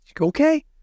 Okay